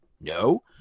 No